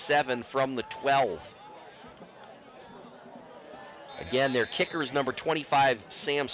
seven from the twelve again there kicker is number twenty five sam